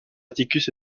atticus